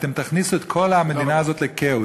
אתם תכניסו את כל המדינה הזאת לכאוס.